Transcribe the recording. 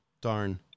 Darn